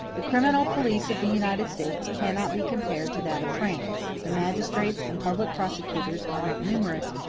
the criminal police of the united states cannot be compared to that of france the magistrates and public prosecutors are not numerous,